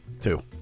two